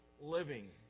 living